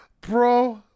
bro